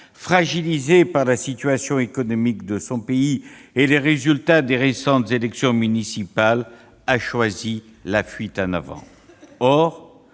fragilisé par la situation économique de son pays et par les résultats des récentes élections municipales, a choisi la fuite en avant.